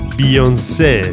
Beyoncé